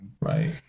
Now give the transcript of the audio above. right